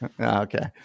Okay